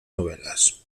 novelas